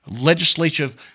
legislative